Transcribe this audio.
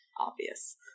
obvious